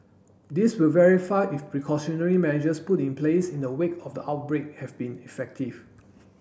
this will verify if precautionary measures put in place in the wake of the outbreak have been effective